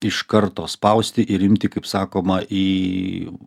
iš karto spausti ir imti kaip sakoma į